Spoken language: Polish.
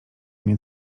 nie